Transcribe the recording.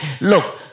Look